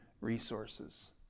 resources